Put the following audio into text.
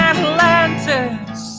Atlantis